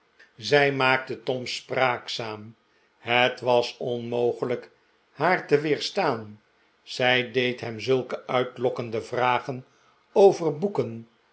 zij maakte tom spraakzaam het was onmogelijk haar te weerstaan zij deed hem zulke uitlokkende vragen over boeken